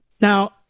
Now